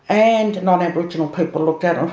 and non-aboriginal people looked at